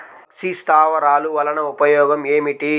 పక్షి స్థావరాలు వలన ఉపయోగం ఏమిటి?